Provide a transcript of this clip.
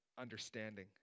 understanding